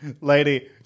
Lady